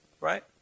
right